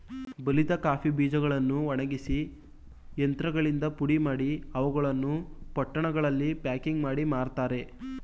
ಬಲಿತ ಕಾಫಿ ಬೀಜಗಳನ್ನು ಒಣಗಿಸಿ ಯಂತ್ರಗಳಿಂದ ಪುಡಿಮಾಡಿ, ಅವುಗಳನ್ನು ಪೊಟ್ಟಣಗಳಲ್ಲಿ ಪ್ಯಾಕಿಂಗ್ ಮಾಡಿ ಮಾರ್ತರೆ